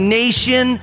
nation